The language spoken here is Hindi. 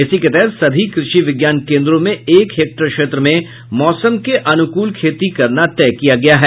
इसी के तहत सभी कृषि विज्ञान केंद्रों में एक हेक्टेयर क्षेत्र में मौसम के अनुकूल खेती करना तय किया गया है